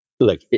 Look